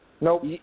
Nope